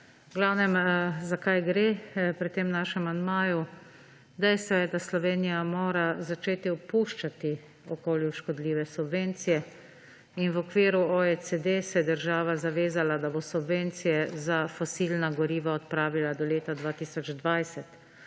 kratka. Za kaj gre pri tem našem amandmaju? Dejstvo je, da Slovenija mora začeti opuščati okolju škodljive subvencije. V okviru OECD se je država zavezala, da bo subvencije za fosilna goriva odpravila do leta 2020.